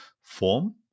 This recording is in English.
form